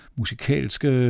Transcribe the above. musikalske